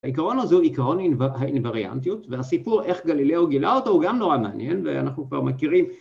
העיקרון הזה הוא עיקרון האינווריאנטיות והסיפור איך גלילאו גילה אותו הוא גם נורא מעניין ואנחנו כבר מכירים